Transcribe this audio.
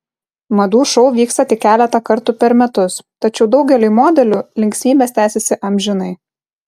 madų šou vyksta tik keletą kartų per metus tačiau daugeliui modelių linksmybės tęsiasi amžinai